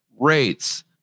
rates